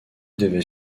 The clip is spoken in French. devait